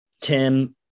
Tim